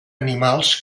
animals